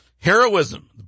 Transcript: heroism